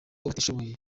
batishoboye